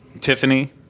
Tiffany